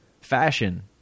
Fashion